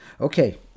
Okay